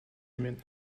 humaine